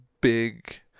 big